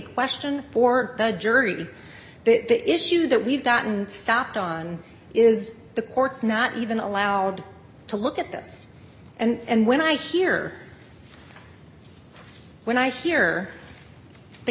question for the jury that the issue that we've gotten stopped on is the courts not even allowed to look at this and when i hear when i hear the